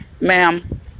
ma'am